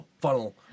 funnel